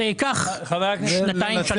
זה ייקח שנתיים שלוש.